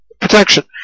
Protection